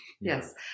Yes